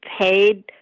paid